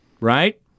Right